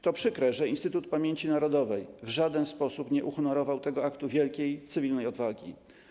To przykre, że Instytut Pamięci Narodowej w żaden sposób nie uhonorował tego aktu wielkiej, cywilnej odwagi.